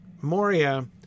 Moria